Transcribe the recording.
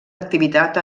activitat